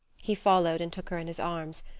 he followed, and took her in his arms,